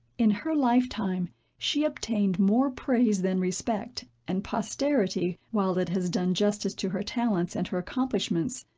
in her life time she obtained more praise than respect and posterity, while it has done justice to her talents and her accomplishments,